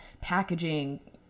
packaging